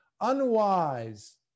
unwise